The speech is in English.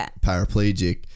paraplegic